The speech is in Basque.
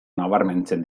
nabarmentzen